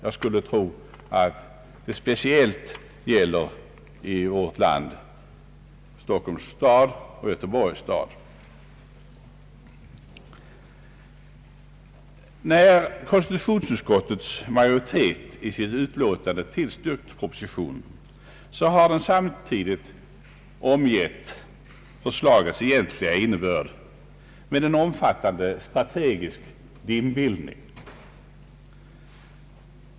Jag skuile tro att det i vårt land speciellt gäller Stockholms stad och Göteborgs stad. När konstitutionsutskottets majoritet i sitt utlåtande har tillstyrkt propositionen har den samtidigt omgivit förslagets egentliga innebörd med en omfattande strategisk dimbildning.